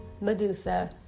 Medusa